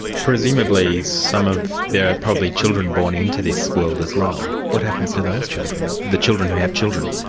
presumably some of. there are probably children born into this world as well. what happens to those children? the children who have children?